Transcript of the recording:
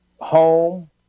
home